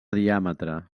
diàmetre